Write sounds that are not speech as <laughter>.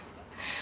<breath>